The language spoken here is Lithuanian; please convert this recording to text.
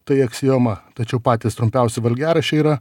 tai aksioma tačiau patys trumpiausi valgiaraščiai yra